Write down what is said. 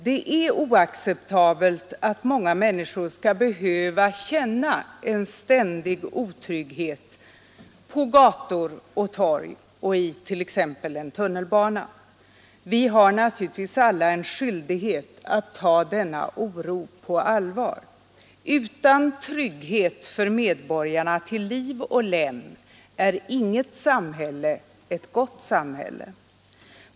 Det är oacceptabelt att många människor skall behöva känna en ständig otrygghet på gator och torg och t.ex. i en tunnelbana. Vi har naturligtvis alla skyldighet att ta denna oro på allvar. Utan trygghet för medborgarna till liv och lem är inget samhälle ett gott samhälle.